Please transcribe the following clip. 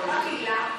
שמעתי על נוער בקהילה.